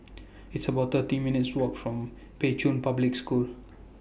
It's about thirty minutes' Walk from Pei Chun Public School